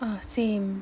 ugh same